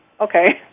okay